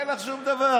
אין לך שום דבר.